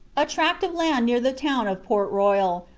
a tract of land near the town of port royal,